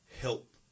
help